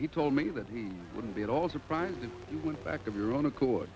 he told me that he wouldn't be at all surprised if you went back of your own accord